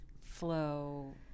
flow